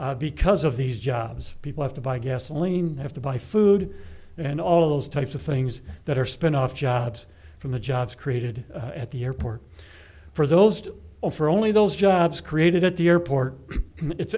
created because of these jobs people have to buy gasoline they have to buy food and all of those types of things that are spinoff jobs from the jobs created at the airport for those or for only those jobs created at the airport